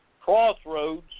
Crossroads